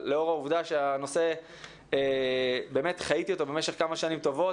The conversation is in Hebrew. לאור העובדה שחייתי את הנושא במשך כמה שנים טובות